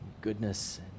goodness